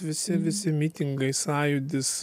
visi visi mitingai sąjūdis